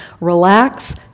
relax